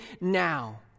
now